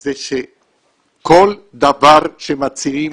זה שכל דבר שמציעים